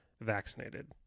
vaccinated